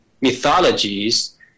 mythologies